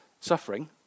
suffering